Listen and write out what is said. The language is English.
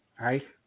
Right